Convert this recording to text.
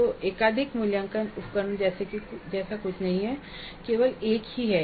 तो एकाधिक मूल्यांकन उपकरणों जैसा कुछ नहीं है केवल एक ही है